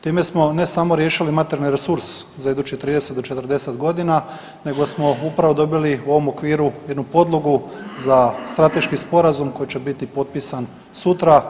Time smo ne samo riješili materijalni resurs za idućih 30 do 40 godina nego smo upravo dobili u ovom okviru jednu podlogu za strateški sporazum koji će biti potpisan sutra.